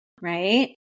right